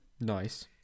nice